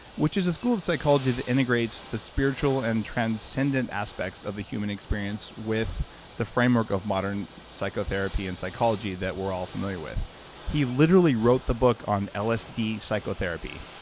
which is a school of psychology that integrates the spiritual and transcendent aspects of the human experience, with the framework of modern psychotherapy and psychology that we're all familiar with he literally wrote the book on lsd psychotherapy.